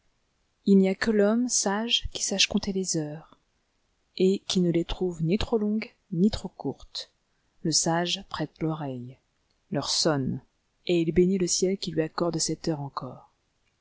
il n'y a que l'homme sage qui sache compter les heures et qui ne les trouve ni trop longues ni trop courtes le sage prête l'oreille l'heure sonne et il bénit le ciel qui lui accorde cette heure encore